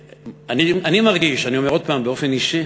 אני מרגיש, אני אומר עוד פעם, באופן אישי,